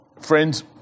Friends